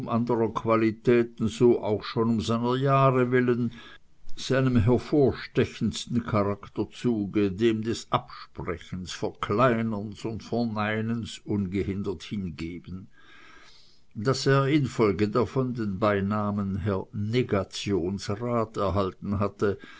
qualitäten so auch schon um seiner jahre willen seinem hervorstechendsten charakterzuge dem des absprechens verkleinerns und verneinens ungehindert hingeben daß er infolge davon den beinamen herr negationsrat erhalten hatte